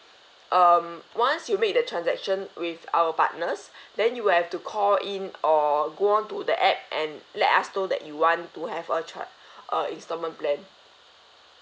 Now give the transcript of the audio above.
um once you make the transaction with our partners then you have to call in or go on to the app and let us know that you want to have a tr~ uh instalment plan